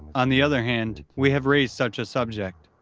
on the other hand, we have raised such a subject,